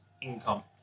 income